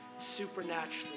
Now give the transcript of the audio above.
supernaturally